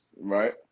Right